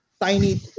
tiny